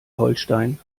holstein